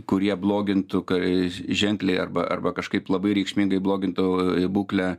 kurie blogintų kai ženkliai arba arba kažkaip labai reikšmingai blogintų būklę